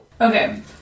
okay